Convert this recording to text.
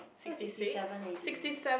sixty seven already